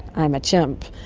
i'm a chimp'.